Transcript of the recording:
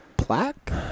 plaque